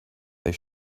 they